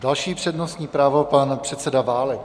Další přednostní právo, pan předseda Válek.